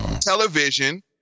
television